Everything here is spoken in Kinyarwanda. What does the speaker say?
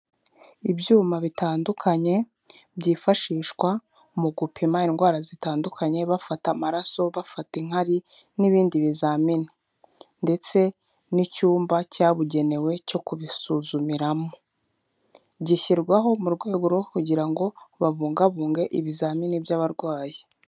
Ibyuma bitandukanye byifashishwa mu gupima indwara zitandukanye, bafata amaraso, bafata inkari n'ibindi bizamini, ndetse n'icyumba cyabugenewe cyo kubisuzumiramo, gishyirwaho mu rwego rwo kugira ngo babungabunge ibizamini by'abarwayi.